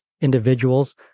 individuals